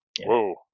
Whoa